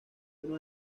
uno